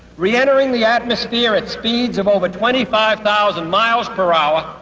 re-entering the atmosphere at speeds of over twenty five thousand miles per hour.